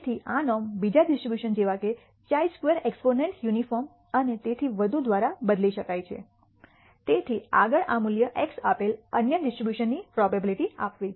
તેથી આ નોર્મ બીજા ડિસ્ટ્રિબ્યુશન જેવા કે χ સ્ક્વેર એક્સપોનેન્ટ યુનિફોર્મ અને તેથી વધુ દ્વારા બદલી શકાય છે તેથી આગળ આ મૂલ્ય x આપેલ અન્ય ડિસ્ટ્રિબ્યુશન ની પ્રોબેબીલીટી આપવી